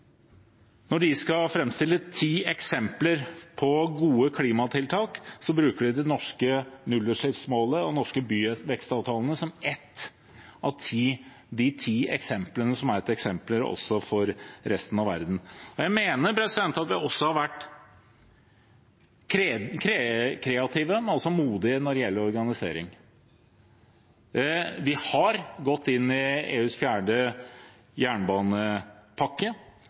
skal framstille ti eksempler på gode klimatiltak, bruker de det norske nullutslippsmålet og de norske byvekstavtalene som ett av de eksemplene for resten av verden. Jeg mener at vi har vært kreative, men også modige når det gjelder organisering. Vi har gått inn i EUs fjerde jernbanepakke,